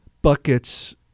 buckets